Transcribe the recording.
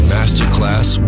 Masterclass